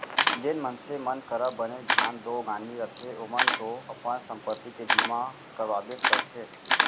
जेन मनसे मन करा बनेच धन दो गानी रथे ओमन तो अपन संपत्ति के बीमा करवाबेच करथे